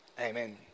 Amen